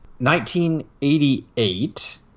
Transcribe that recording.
1988